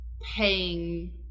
Paying